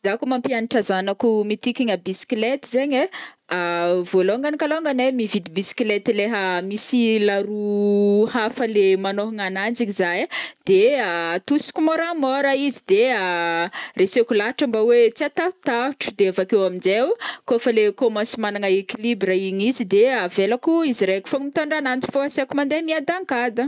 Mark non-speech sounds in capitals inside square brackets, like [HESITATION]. Za koa mampiagnatry zanako mitikigna bisikleta zegny ai [HESITATION] volôngagny kalôngagny ai mividy bisikleta leha [HESITATION] misy laroa [HESITATION] hafa le manôhagna agnanji eky za ai dia [HESITATION] atosiky môramôra izy de [HESITATION] a reseko lahatra mba oe tsy hatahotahotro de avakeo aminjai, kô fa le commence managna equilibre igny izy de avelako izy raiky fôgna mitondra agnanji fô asaiko mandeha miadankadagna.